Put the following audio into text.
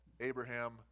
Abraham